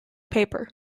paper